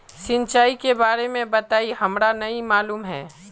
सिंचाई के बारे में बताई हमरा नय मालूम है?